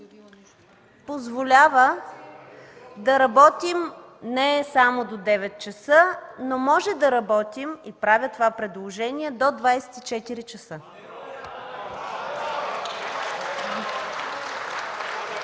позволява да работим не само до 9,00 ч., но можем да работим, и правя това предложение – до 24,00 ч.